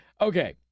okay